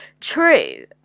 True